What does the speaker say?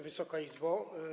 Wysoka Izbo!